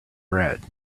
red